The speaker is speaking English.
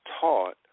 taught